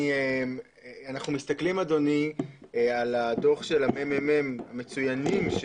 אנחנו מסתכלים, אדוני, על הדוח של הממ"מ המצוינים.